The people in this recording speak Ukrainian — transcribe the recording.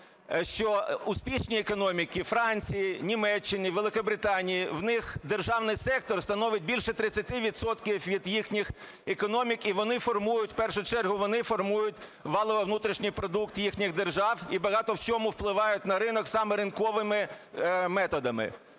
що успішні економіки Франції, Німеччини, Великобританії, у них держаний сектор становить більше 30 відсотків від їхніх економік, і у першу чергу вони формують валовий внутрішній продукт їхніх держав, і багато в чому впливають на ринок саме ринковими методами.